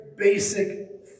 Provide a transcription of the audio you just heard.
basic